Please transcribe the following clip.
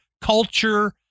culture